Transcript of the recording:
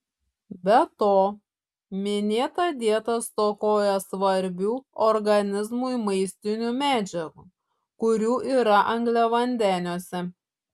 be to minėta dieta stokoja svarbių organizmui maistinių medžiagų kurių yra angliavandeniuose